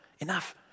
enough